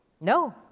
No